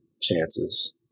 Chances